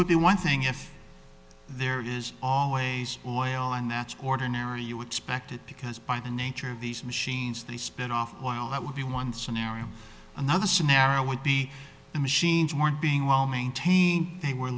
would be one thing if there is all an oil in that ordinary you expect it because by the nature of these machines they spin off while that would be one scenario another scenario would be the machines more being well maintained they were